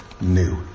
new